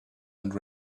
and